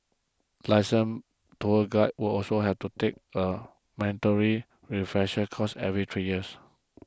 licensed tour guides will also have to take a mandatory refresher course every three years